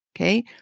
Okay